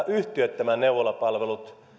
yhtiöittämään neuvolapalvelut